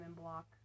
block